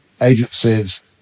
agencies